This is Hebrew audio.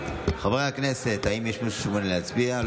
חברי הכנסת, האם יש מישהו שמעוניין להצביע?